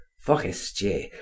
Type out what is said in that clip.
Forestier